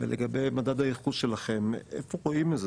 ולגבי מדד הייחוס שלכם, איפה רואים את זה?